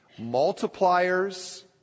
Multipliers